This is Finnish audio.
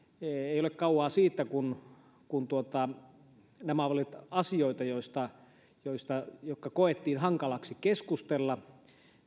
ei ole kauan siitä kun kun nämä olivat asioita jotka koettiin hankalaksi keskustella